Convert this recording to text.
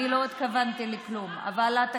אני לא התכוונתי לכלום, הינה, השרה פה.